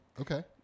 okay